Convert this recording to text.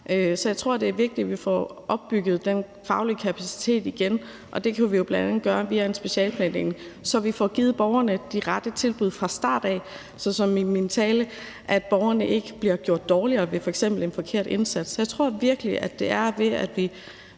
Så jeg tror, at det er vigtigt, at vi får opbygget den faglige kapacitet igen. Det kan vi jo bl.a. gøre via en specialeplanlægning, så vi får givet borgerne de rette tilbud fra starten. Så borgerne, som jeg sagde i min tale, ikke bliver gjort dårligere ved f.eks. en forkert indsats. Jeg tror virkelig, at det sker, ved at vi